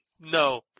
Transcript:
No